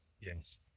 Yes